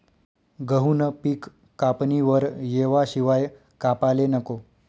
गहूनं पिक कापणीवर येवाशिवाय कापाले नको